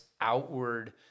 outward